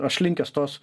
aš linkęs tos